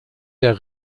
der